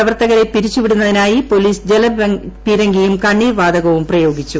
പ്രവർത്തകരെ പിരിച്ചൂവിടുന്നതിനായി പൊലീസ് ജലപീരങ്കിയും കണ്ണീർവാതകവും പ്രയോഗിച്ചു